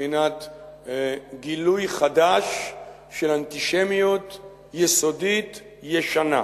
בבחינת גילוי חדש של אנטישמיות יסודית ישנה.